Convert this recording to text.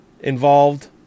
involved